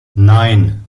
nein